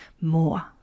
More